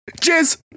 Cheers